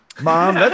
Mom